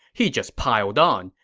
he just piled on.